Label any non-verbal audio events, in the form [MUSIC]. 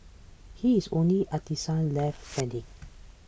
he is the only artisan left standing [NOISE]